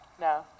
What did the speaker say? no